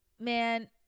man